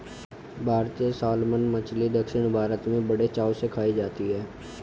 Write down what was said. भारतीय सालमन मछली दक्षिण भारत में बड़े चाव से खाई जाती है